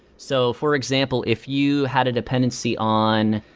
so for example, if you had a dependency on,